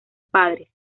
padres